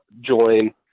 join